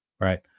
Right